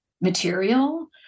material